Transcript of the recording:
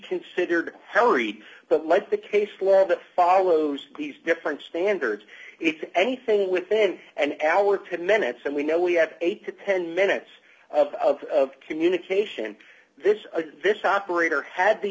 considered hairy but like the case law that follows these different standards if anything within an hour ten minutes and we know we had eight to ten minutes of communication this this operator had the